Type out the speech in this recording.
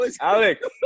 Alex